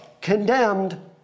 condemned